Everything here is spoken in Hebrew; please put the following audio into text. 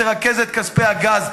שאמורה להיות ממומנת על-ידי כספי הגז,